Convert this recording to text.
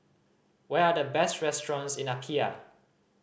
what are the best restaurants in Apia